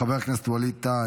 חבר הכנסת ווליד טאהא,